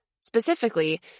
specifically